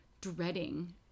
dreading